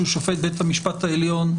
שהוא שופט בית המשפט העליון,